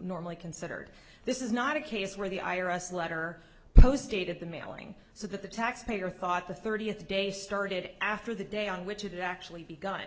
normally considered this is not a case where the i r s letter post dated the mailing so that the taxpayer thought the thirtieth day started after the day on which it actually begun